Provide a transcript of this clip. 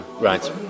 right